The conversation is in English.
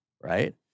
Right